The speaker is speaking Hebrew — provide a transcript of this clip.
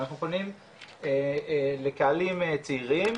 אנחנו פונים לקהלים צעירים